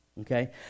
okay